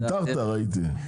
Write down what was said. וויתרת ראיתי.